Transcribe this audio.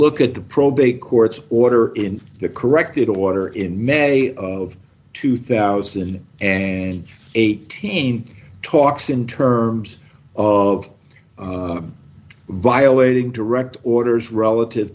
look at the probate courts order in the corrected order in may of two thousand and eighteen talks in terms of violating direct orders relative